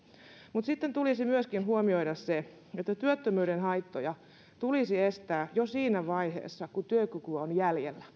mutta sitten tulisi myöskin huomioida se että työttömyyden haittoja tulisi estää jo siinä vaiheessa kun työkykyä on jäljellä